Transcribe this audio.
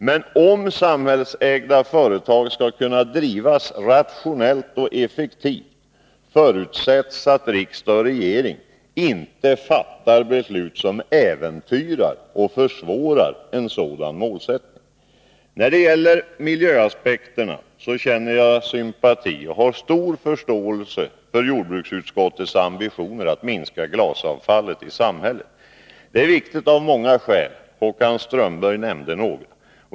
Men om samhällsägda företag skall kunna drivas rationellt och effektivt, förutsätts att riksdag och regering inte fattar beslut som äventyrar och försvårar denna målsättning. När det gäller miljöaspekterna vill jag säga att jag känner sympati och har stor förståelse för jordbruksutskottets ambitioner att minska glasavfallet i samhället. Det är viktigt av många skäl — Håkan Strömberg nämnde några.